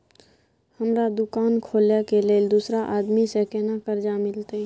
हमरा दुकान खोले के लेल दूसरा आदमी से केना कर्जा मिलते?